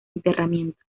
enterramiento